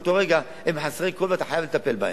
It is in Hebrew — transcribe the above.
מאותו רגע הם חסרי כול ואתה חייב לטפל בהם.